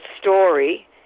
story